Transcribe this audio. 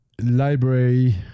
library